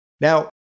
Now